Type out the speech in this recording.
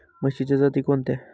म्हशीच्या जाती कोणत्या?